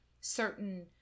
certain